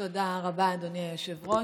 תודה רבה, אדוני היושב-ראש.